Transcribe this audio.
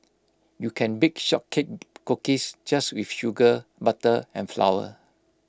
you can bake short cake cookies just with sugar butter and flour